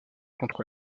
contre